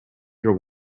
your